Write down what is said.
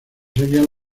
seguían